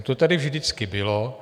To tady vždycky bylo.